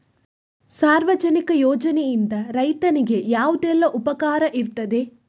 ಸಾರ್ವಜನಿಕ ಯೋಜನೆಯಿಂದ ರೈತನಿಗೆ ಯಾವುದೆಲ್ಲ ಉಪಕಾರ ಇರ್ತದೆ?